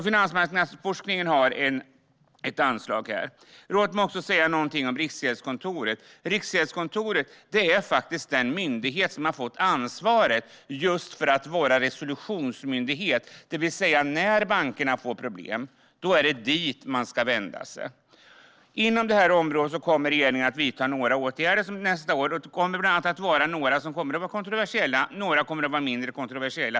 Finansmarknadsforskningen har alltså ett anslag här. Låt mig även säga något om Riksgäldskontoret! Detta är den myndighet som har fått ansvaret att vara vår resolutionsmyndighet. När bankerna får problem är det dit de ska vända sig. Inom detta område kommer regeringen nästa år att vidta några åtgärder, varav några kontroversiella medan andra är mindre kontroversiella.